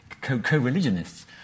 co-religionists